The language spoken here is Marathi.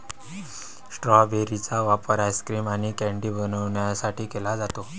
स्ट्रॉबेरी चा वापर आइस्क्रीम आणि कँडी बनवण्यासाठी केला जातो